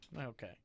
Okay